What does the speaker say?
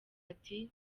ati